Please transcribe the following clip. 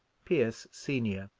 pierce senior,